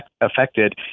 affected